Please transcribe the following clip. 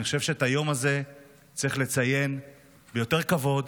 אני חושב שאת היום הזה צריך לציין ביותר כבוד,